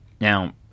Now